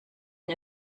and